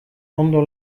ondo